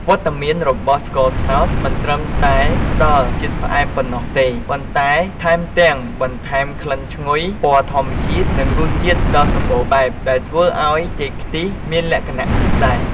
វត្តមានរបស់ស្ករត្នោតមិនត្រឹមតែផ្ដល់ជាតិផ្អែមប៉ុណ្ណោះទេ ប៉ុន្តែថែមទាំងបន្ថែម ក្លិនឈ្ងុយ ពណ៌ធម្មជាតិ និងរសជាតិដ៏សម្បូរបែប ដែលធ្វើឱ្យចេកខ្ទិះមានលក្ខណៈពិសេស។